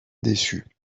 déçus